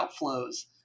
outflows